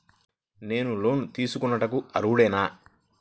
నేను లోన్ తీసుకొనుటకు అర్హుడనేన?